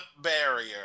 barrier